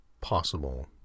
possible